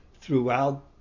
throughout